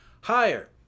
higher